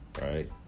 Right